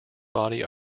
body